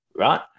right